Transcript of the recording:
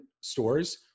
stores